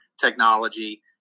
technology